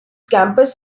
campus